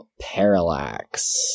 parallax